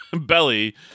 belly